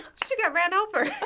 she got ran over.